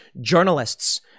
journalists